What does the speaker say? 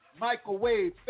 microwave